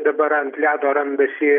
dabar ant ledo randasi